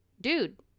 Dude